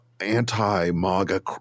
Anti-maga